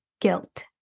guilt